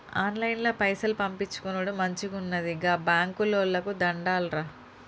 ఆన్లైన్ల పైసలు పంపిచ్చుకునుడు మంచిగున్నది, గా బాంకోళ్లకు దండాలురా